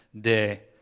Day